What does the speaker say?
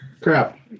Crap